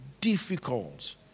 difficult